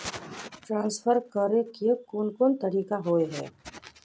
Transfer करे के कोन कोन तरीका होय है?